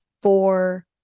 Four